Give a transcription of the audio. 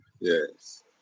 Yes